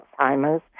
Alzheimer's